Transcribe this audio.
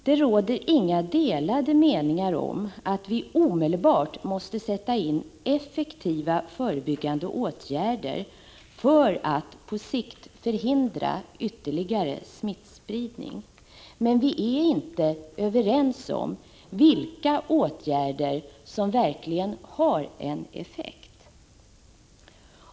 Det råder inga delade meningar om att vi omedelbart måste sätta in effektiva förebyggande åtgärder för att på sikt förhindra ytterligare smittspridning, men vi är inte överens om vilka åtgärder som verkligen har effekt.